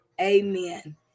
Amen